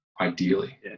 Ideally